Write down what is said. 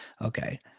okay